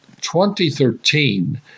2013